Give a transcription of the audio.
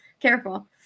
Careful